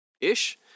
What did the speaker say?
Ish